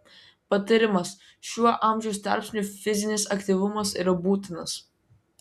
patarimas šiuo amžiaus tarpsniu fizinis aktyvumas yra būtinas